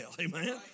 Amen